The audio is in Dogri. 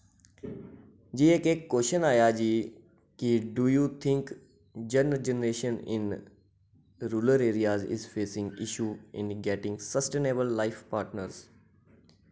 जि'यां के क्वेश्चन आया कि do you think young generation in rural areas is facing issue in getting sustainable life partners